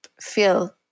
feel